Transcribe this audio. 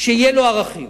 שיהיו לו ערכים.